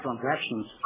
transactions